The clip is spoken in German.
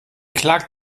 klagt